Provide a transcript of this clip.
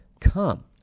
come